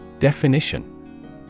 Definition